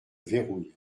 verrouille